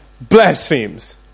blasphemes